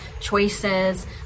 choices